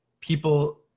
people